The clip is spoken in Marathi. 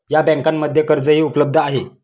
या बँकांमध्ये कर्जही उपलब्ध आहे